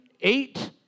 eight